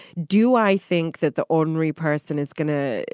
do i think that the ordinary person is going to.